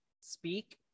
speak